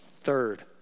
Third